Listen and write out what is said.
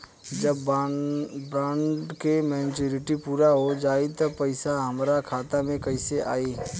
जब बॉन्ड के मेचूरिटि पूरा हो जायी त पईसा हमरा खाता मे कैसे आई?